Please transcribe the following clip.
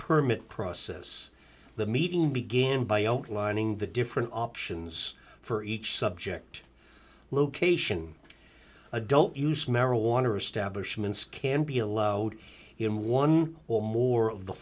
permit process the meeting began by outlining the different options for each subject location adult use marijuana establishments can be allowed in one or more of the